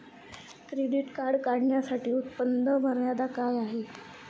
Credit card काढण्यासाठी उत्पन्न मर्यादा काय आहे?